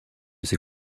ses